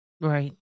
Right